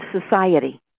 society